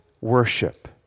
worship